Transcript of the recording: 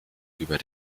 über